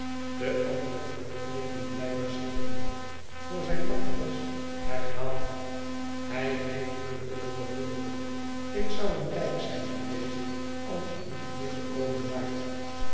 de andere vluchteling die blijkbaar zeer benauwd voor zijn makker was herhaalde hij heeft me willen vermoorden ik zou een hjk zijn geweest als je niet hier gekomen waart